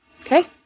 Okay